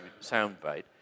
soundbite